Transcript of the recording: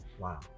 Wow